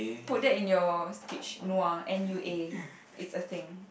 put that in your speech nua N U A it's a thing